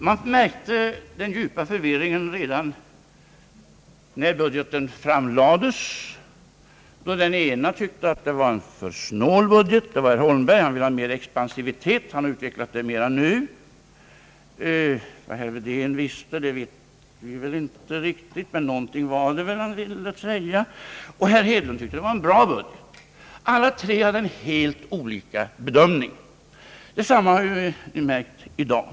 Man märkte den djupa förvirringen redan när budgeten framlades, då en partiledare tyckte att det var en för snål budget — det var herr Holmberg, som ville ha ökad expansivitet och som nu närmare har utvecklat sin mening därom. Vad herr Wedén tänkte vet vi väl inte riktigt. Någonting var det väl han ville säga. Herr Hedlund tyckte dock att det var en bra budget. Alla tre hade sinsemellan olika bedömningar. Detsamma har vi märkt i dag.